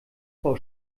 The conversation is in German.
frau